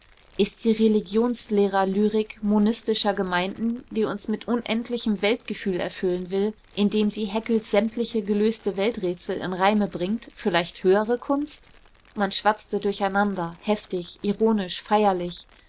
ist die religionslehrerlyrik monistischer gemeinden die uns mit unendlichem weltgefühl erfüllen will indem sie haeckels sämtliche gelöste welträtsel in reime bringt vielleicht höhere kunst man schwatzte durcheinander heftig ironisch feierlich